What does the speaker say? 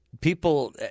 people –